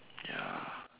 ya